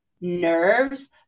nerves